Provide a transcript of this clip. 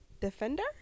defender